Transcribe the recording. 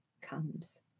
comes